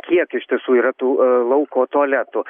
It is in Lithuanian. kiek iš tiesų yra tų lauko tualetų